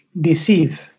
deceive